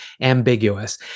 ambiguous